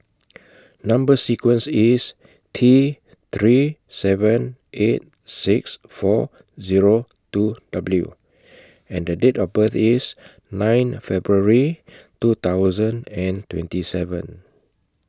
Number sequence IS T three seven eight six four Zero two W and Date of birth IS nine February two thousand and twenty seven